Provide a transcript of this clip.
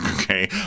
Okay